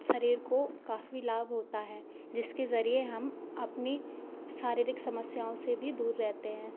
शरीर को काफ़ी लाभ होता है जिसके ज़रिए हम अपनी शारीरिक समस्याओं से भी दूर रहते हैं